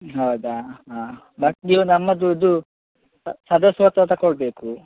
ಹೌದಾ ಹಾಂ ಮತ್ತು ನೀವು ನಮ್ಮದು ಇದು ಸದಸ್ಯತ್ವ ತಕೊಳ್ಳಬೇಕು